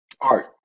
art